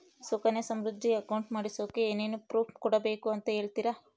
Sukanya Samriddhi account ಮಾಡಿಸೋಕೆ ಏನೇನು proof ಕೊಡಬೇಕು ಅಂತ ಹೇಳ್ತೇರಾ?